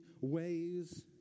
ways